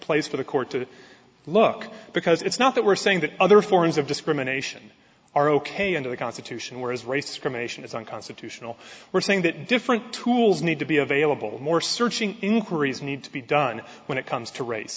place for the court to look because it's not that we're saying that other forms of discrimination are ok under the constitution whereas race cremation is unconstitutional we're saying that different tools need to be available more searching inquiries need to be done when it comes to race